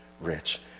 rich